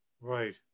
Right